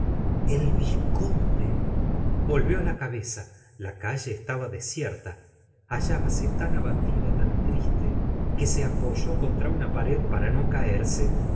el vizconde volvió la cabeza la calle estaba desierta hallábase tan abatida tan triste que se apoyó contra una pared para no caerse